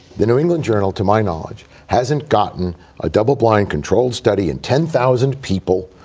the new england journal, to my knowledge, hasn't gotten a double-blind controlled study in ten thousand people,